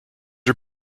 are